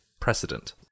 precedent